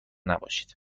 نباشید